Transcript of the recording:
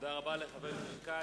תודה רבה לחבר הכנסת כץ.